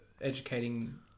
educating